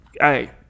Hey